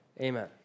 amen